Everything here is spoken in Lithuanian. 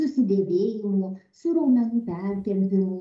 susidėvėjimu su raumenų pertempimu